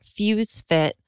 FuseFit